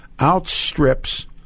outstrips